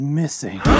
missing